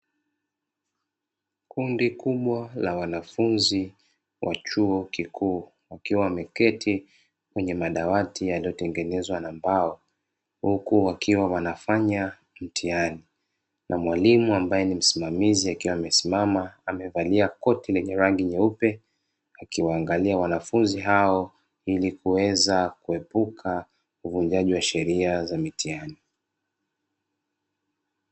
Kundi kubwa la wanafunzi wa chuo kikuu wakiwa wameketi kwenye madawati yaliyotengenezwa na mbao, huku wakiwa wanafanya mtihani na mwalimu ambaye ni msimamizi akiwa amesimama amevalia koti lenye rangi nyeupe, akiwaangalia wanafunzi hao ili kuweza kuepuka uvunjaji wa sheria za mitihani.